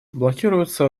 блокируется